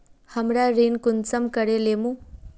हमरा ऋण कुंसम करे लेमु?